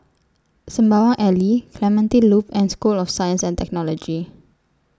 Sembawang Alley Clementi Loop and School of Science and Technology